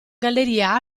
galleria